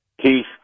Keith